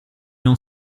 non